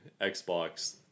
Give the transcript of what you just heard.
Xbox